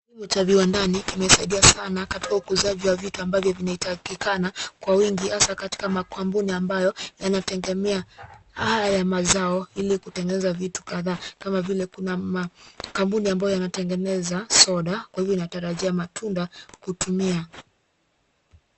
Kilimo cha viwandani, kimesaidia sana, katika ukuzaji wa vitu ambavyo vinahi, takikana kwa wingi, hasa katika makampuni ambayo yanategemea haya mazao ili kutengeneza vitu kadhaa kama vile kuna kampuni ambayo yanatengeneza, soda kwa hivyo inatajaria matunda, kutumia.